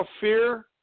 Fear